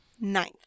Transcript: Ninth